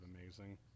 amazing